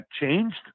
changed